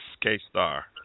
K-Star